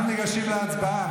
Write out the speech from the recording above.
אנחנו ניגשים להצבעה.